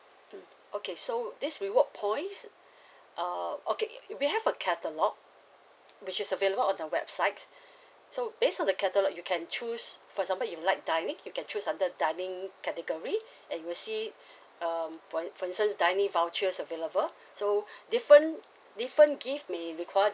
mm okay so this reward points uh okay we have a catalogue which is available on the website so based on the catalogue you can choose for example you like dining you can choose under the dining category and you'll see um for for instance the dining vouchers available so different different gift may require